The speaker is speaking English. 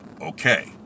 Okay